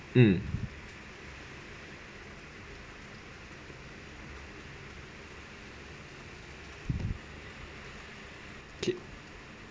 mm okay